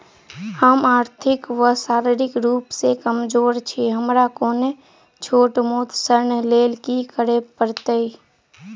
हम आर्थिक व शारीरिक रूप सँ कमजोर छी हमरा कोनों छोट मोट ऋण लैल की करै पड़तै?